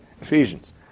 Ephesians